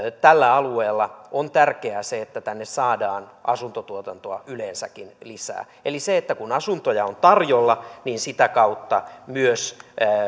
tällä alueella on tärkeää se että tänne saadaan asuntotuotantoa yleensäkin lisää eli kun asuntoja on tarjolla niin sitä kautta myös